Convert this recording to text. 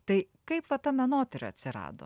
tai kaip va ta menotyra atsirado